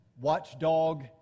watchdog